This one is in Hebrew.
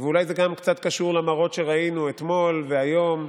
ואולי זה גם קצת קשור למראות שראינו אתמול והיום,